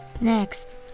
Next